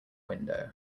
window